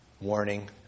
warning